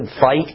fight